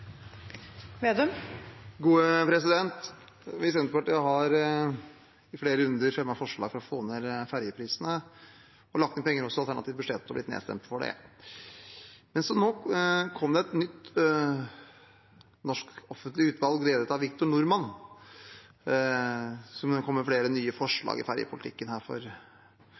Vi i Senterpartiet har i flere runder fremmet forslag for å få ned ferjeprisene, og har også lagt inn penger i alternativt budsjett og blitt nedstemt på det. For litt siden kom et nytt norsk offentlig utvalg ledet av Victor Norman med flere forslag i ferjepolitikken.